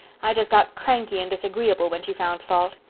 i just got cranky and disagreeable when she found fault.